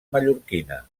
mallorquina